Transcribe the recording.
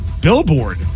billboard